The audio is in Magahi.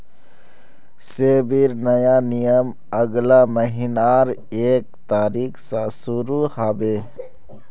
सेबीर नया नियम अगला महीनार एक तारिक स शुरू ह बे